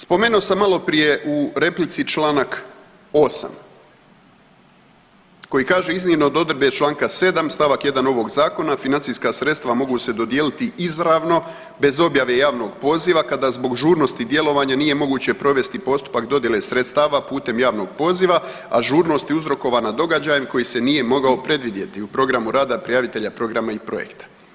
Spomenuo sam maloprije u replici čl. 8. koji kaže iznimno od odredbe čl. 7. st. 1. ovog zakona financijska sredstva mogu se dodijeliti izravno bez objave javnog poziva kada zbog žurnosti djelovanja nije moguće provesti postupak dodjele sredstava putem javnog poziva, a žurnost je uzrokovana događajem koji se nije mogao predvidjeti u programu rada prijavitelja programa i projekta.